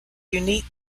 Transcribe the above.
unique